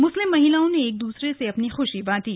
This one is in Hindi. मुस्लिम महिलाओं ने एक दूसरे से अपनी खुशी बांटी